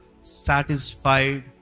satisfied